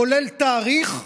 כולל תאריך,